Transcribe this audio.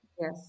Yes